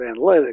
analytics